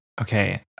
Okay